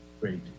Great